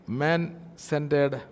man-centered